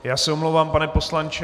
Já se omlouvám, pane poslanče.